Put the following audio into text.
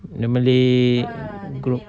the malay group